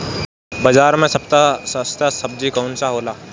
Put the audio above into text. बाजार मे सबसे सस्ता सबजी कौन होला?